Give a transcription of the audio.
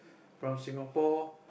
from Singapore